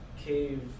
cave